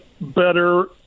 better